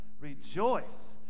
Rejoice